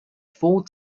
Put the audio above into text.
four